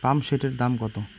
পাম্পসেটের দাম কত?